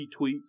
retweets